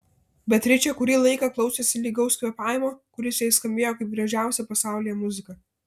beatričė kurį laiką klausėsi lygaus kvėpavimo kuris jai skambėjo kaip gražiausia pasaulyje muzika